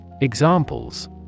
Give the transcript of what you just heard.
Examples